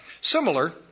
Similar